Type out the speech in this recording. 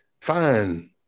fine